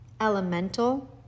elemental